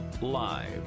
Live